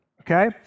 Okay